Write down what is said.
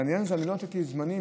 בעניין הזה אני לא נתתי זמנים,